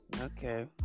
okay